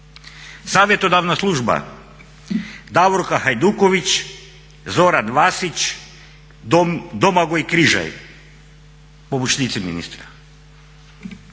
Savjetodavna služba Davorka Hajduković, Zoran Vasić, Domagoj Križaj pomoćnici ministra.